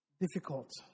difficult